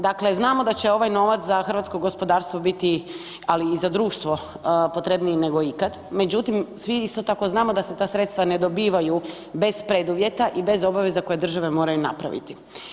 Dakle, znamo da će ovaj novac za hrvatsko gospodarstvo biti, ali i za društvo potrebniji nego ikad, međutim svi isto tako znamo da se ta sredstva ne dobivaju bez preduvjeta i bez obaveza koje države moraju napraviti.